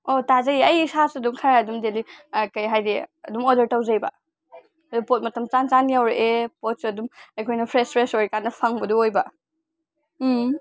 ꯑꯣ ꯇꯥꯖꯩꯑꯦ ꯑꯩ ꯏꯁꯥꯁꯨ ꯑꯗꯨꯝ ꯈꯔ ꯑꯗꯨꯝ ꯗꯦꯜꯂꯤ ꯀꯩ ꯍꯥꯏꯅꯤ ꯑꯗꯨꯝ ꯑꯣꯔꯗꯔ ꯇꯧꯖꯩꯑꯦꯕ ꯄꯣꯠ ꯃꯇꯝ ꯆꯥ ꯆꯥꯅ ꯌꯧꯔꯛꯑꯦ ꯄꯣꯠꯁꯨ ꯑꯗꯨꯝ ꯑꯩꯈꯣꯏꯅ ꯐ꯭ꯔꯦꯁ ꯐ꯭ꯔꯦꯁ ꯑꯣꯏꯔꯤꯀꯥꯟꯗ ꯐꯪꯕꯗꯨ ꯑꯣꯏꯕ ꯎꯝ